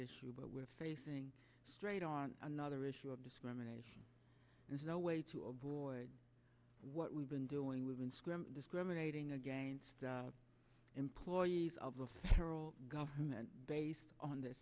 issue but with facing straight on another issue of discrimination there's no way to avoid what we've been doing with discriminating against employees of the federal government based on th